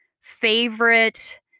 favorite